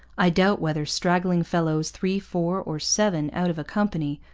i doubt whether straggling fellows, three, four, or seven out of a company,